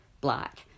black